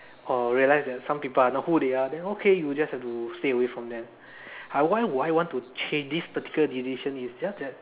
or realise that some people are not who they are then okay you just have to stay away from them how why do I want to change this particular decision is just that